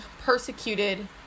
persecuted